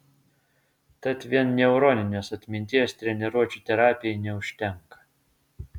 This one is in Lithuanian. tad vien neuroninės atminties treniruočių terapijai neužtenka